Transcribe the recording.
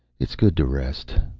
it's good to rest.